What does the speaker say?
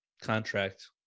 contract